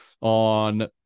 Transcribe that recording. on